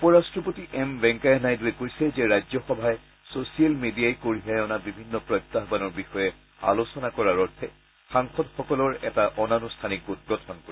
উপ ৰাষ্ট্ৰপতি এম ভেংকায়া নাইডুৱে কৈছে যে ৰাজ্যসভাই ছচিয়েল মিডিয়াই কঢ়িয়াই অনা বিভিন্ন প্ৰত্যাহ্বানৰ বিষয়ে আলোচনা কৰাৰ অৰ্থে সাংসদসকলৰ এটা অনানুষ্ঠানিক গোট গঠন কৰিব